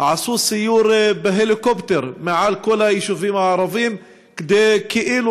עשו סיור בהליקופטר מעל כל היישובים הערביים כדי כאילו